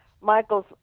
Michael's